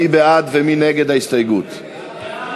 ארגוני השיווק מנצלים את ההגנה שמעניק